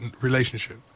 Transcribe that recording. relationship